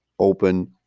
Open